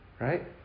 right